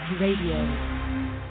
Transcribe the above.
Radio